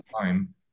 time